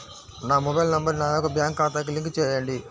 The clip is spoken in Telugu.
నా మొబైల్ నంబర్ నా యొక్క బ్యాంక్ ఖాతాకి లింక్ చేయండీ?